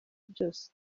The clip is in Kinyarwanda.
byose